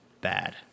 bad